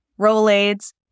Rolades